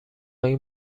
این